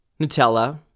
Nutella